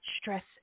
stress